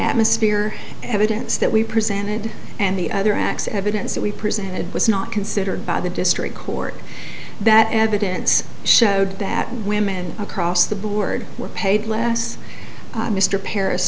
atmosphere evidence that we presented and the other x evidence that we presented was not considered by the district court that evidence showed that women across the board were paid less mr paris